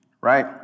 Right